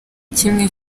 kimwe